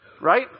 Right